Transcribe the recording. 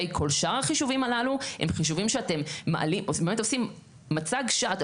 כל שאר החישובים הללו הם חישובים שאתם באמת עושים מצג ---.